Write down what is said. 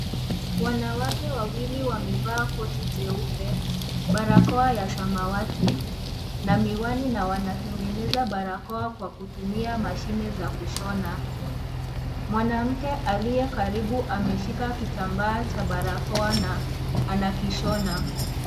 Wanawake wawili wameva koti jeupe, barakoa ya samawati na miwani na wanatengeneza barakoa kwa kutumia mashine za kushona. Mwanamke alie karibu ameshika kitambaa cha barakoa na anakishona.